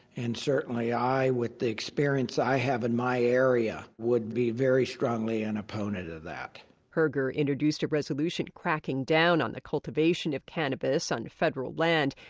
and certainly i, with the experience i have in my area, would be very strongly an opponent of that herger introduced a resolution cracking down on the cultivation of cannabis on federal land.